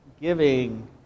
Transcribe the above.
giving